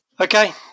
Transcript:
Okay